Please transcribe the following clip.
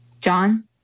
John